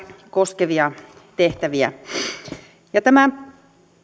koskevia tehtäviä tämä